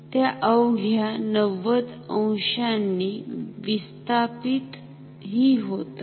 त्या अवघ्या 90 अंशांनी विस्थापित हि होतात